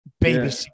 Baby